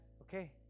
Okay